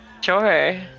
Sure